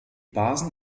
basen